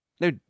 No